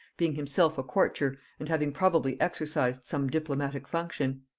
being himself a courtier, and having probably exercised some diplomatic function.